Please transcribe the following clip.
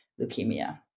leukemia